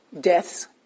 deaths